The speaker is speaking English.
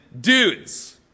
Dudes